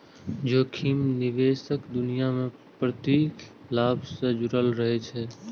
जोखिम निवेशक दुनिया मे प्रतिलाभ सं जुड़ल रहै छै